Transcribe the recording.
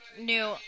new